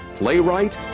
playwright